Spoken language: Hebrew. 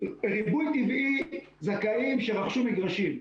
ריבוי טבעי, זכאים שרכשו מגרשים.